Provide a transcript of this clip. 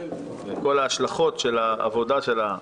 עם כל ההשלכות של העבודה שלה,